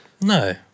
no